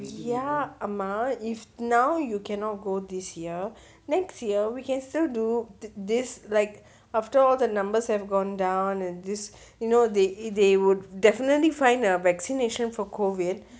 ya அம்மா:amma if now you cannot go this year next year we can still do this like after all the numbers have gone down and this you know they they would definitely find a vaccination for COVID